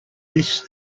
this